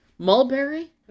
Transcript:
Mulberry